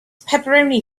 pepperoni